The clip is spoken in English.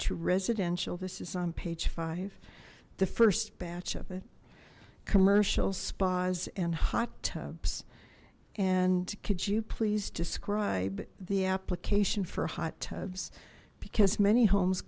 to residential this is on page five the first batch of it commercial spas and hot tubs and could you please describe the application for hot tubs because many homes